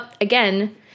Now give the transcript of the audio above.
again